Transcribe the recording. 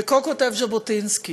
וכה כותב ז'בוטינסקי: